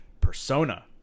Persona